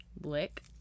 lick